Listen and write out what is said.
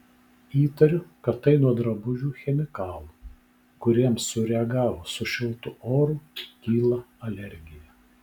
įtariu kad tai nuo drabužių chemikalų kuriems sureagavus su šiltu oru kyla alergija